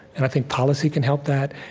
and i think policy can help that,